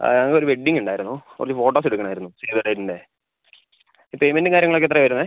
ഞങ്ങൾക്ക് ഒരു വെഡ്ഡിംഗ് ഉണ്ടായിരുന്നു കുറച്ച് ഫോട്ടോസ് എടുക്കണമായിരുന്നു സേവ് ദി ഡേറ്റിൻ്റെ പേയ്മെൻ്റും കാര്യങ്ങളൊക്കെ എത്രയാണ് വരുന്നത്